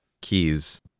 keys